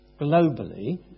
globally